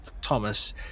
thomas